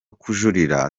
kujurira